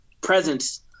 presence